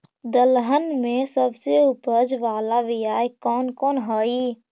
दलहन में सबसे उपज बाला बियाह कौन कौन हइ?